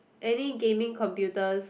any gaming computers